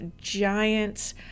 giant